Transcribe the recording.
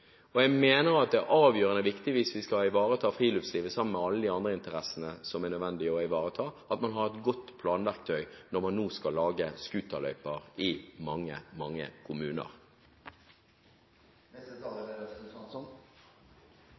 friluftsliv. Jeg mener det er avgjørende viktig hvis vi skal ivareta friluftslivet, sammen med alle de andre interessene som er nødvendige å ivareta, at man har et godt planverktøy når man nå skal lage scooterløyper i mange, mange